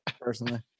personally